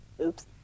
Oops